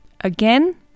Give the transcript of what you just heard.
Again